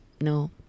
No